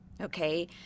okay